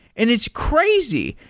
and it's crazy.